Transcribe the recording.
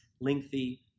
lengthy